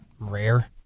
rare